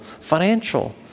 financial